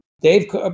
Dave